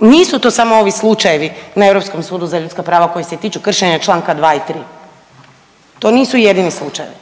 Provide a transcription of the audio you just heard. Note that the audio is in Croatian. nisu to samo ovi slučajevi na Europskom sudu za ljudska prava koji se tiču kršenja čl. 2. i 3., to nisu jedini slučajevi.